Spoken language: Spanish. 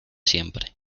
siempre